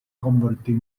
convertir